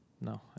No